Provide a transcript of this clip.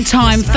time